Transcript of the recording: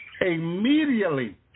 Immediately